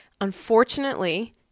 Unfortunately